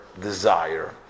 desire